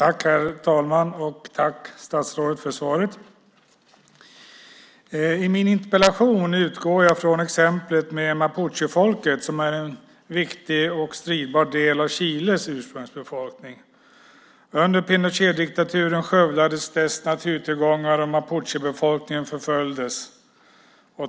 Herr talman! Jag tackar statsrådet för svaret. I min interpellation utgår jag från exemplet med mapuchefolket, som är en viktig och stridbar del av Chiles ursprungsbefolkning. Under Pinochetdiktaturen skövlades dess naturtillgångar, och mapuchefolket förföljdes.